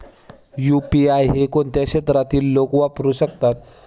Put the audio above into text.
UPI हे कोणत्या क्षेत्रातील लोक वापरू शकतात?